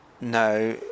no